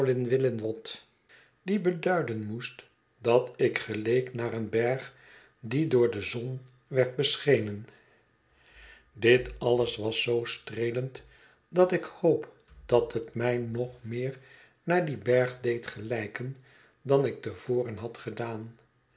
die beduiden moest dat ik geleek naar een berg die door de zon werd beschenen dit alles was zoo streelend dat ik hoop dat het mij nog meer naar dien berg deed gelijken dan ik te voren had gedaan